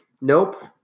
Nope